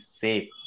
safe